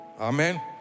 Amen